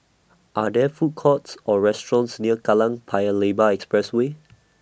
Are There Food Courts Or restaurants near Kallang Paya Lebar Expressway